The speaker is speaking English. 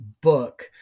book